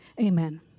Amen